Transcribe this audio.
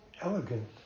elegant